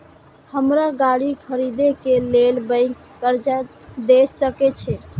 हमरा गाड़ी खरदे के लेल बैंक कर्जा देय सके छे?